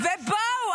ובואו,